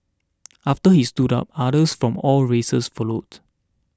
after he stood up others from all races followed